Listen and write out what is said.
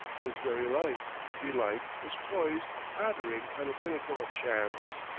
his very life, belike, was poised, tottering, on a pinnacle of chance.